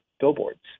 billboards